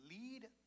lead